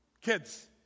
Kids